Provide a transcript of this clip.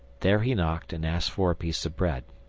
there he knocked, and asked for a piece of bread.